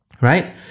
right